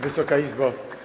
Wysoka Izbo!